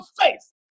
face